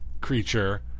creature